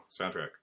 soundtrack